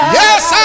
yes